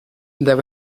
there